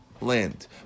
land